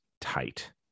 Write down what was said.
tight